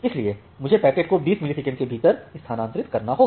इसलिए मुझे पैकेट को 20 मिलीसेकंड के भीतर स्थानांतरित करना होगा